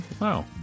wow